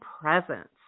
presence